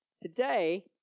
Today